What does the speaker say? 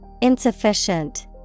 Insufficient